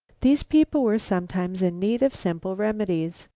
these people were sometimes in need of simple remedies.